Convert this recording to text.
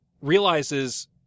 realizes